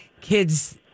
kids